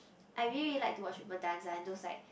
I really like to watch people dance ah and those like